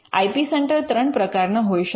I P centre ત્રણ પ્રકારના હોઈ શકે